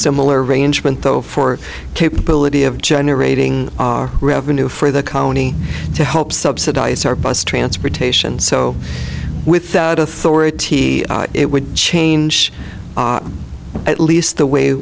similar arrangement though for capability of generating revenue for the county to help subsidize our bus transportation so with that authority it would change at least the way